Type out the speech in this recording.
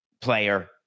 player